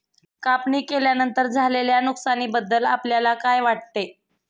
कापणी केल्यानंतर झालेल्या नुकसानीबद्दल आपल्याला काय वाटते?